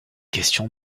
question